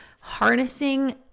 harnessing